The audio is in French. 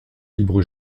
libre